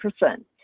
percent